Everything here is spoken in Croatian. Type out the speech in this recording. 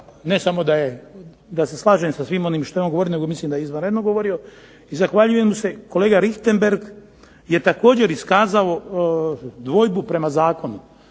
ne samo da se slažem sa svim onim što je on govorio, nego mislim da je izvanredno govorio. I zahvaljujem mu se. Kolega Richembergh je također iskazao dvojbu prema zakonu.